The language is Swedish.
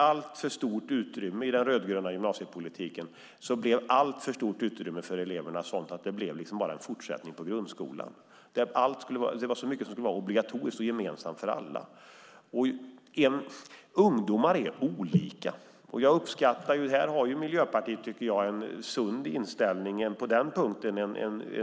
I den rödgröna gymnasiepolitiken blev gymnasiet alltför mycket en fortsättning på grundskolan. Det var så mycket som var obligatoriskt och gemensamt för alla. Ungdomar är olika. Miljöpartiet har här en sund